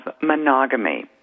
monogamy